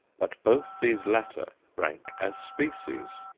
but both these latter rank as species.